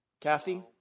Kathy